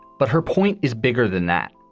but her point is bigger than that.